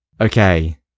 Okay